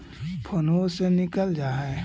फोनवो से निकल जा है?